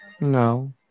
No